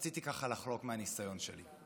רציתי לחלוק מהניסיון שלי.